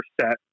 set